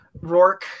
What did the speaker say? Rourke